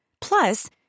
Plus